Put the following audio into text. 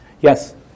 Yes